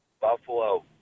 Buffalo